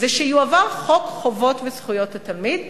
הוא שיועבר חוק חובות וזכויות התלמיד.